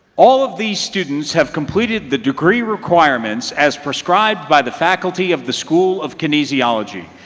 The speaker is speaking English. all of these students have completed the degree requirements as prescribed by the faculty of the school of kinesiology.